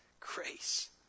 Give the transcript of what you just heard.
Grace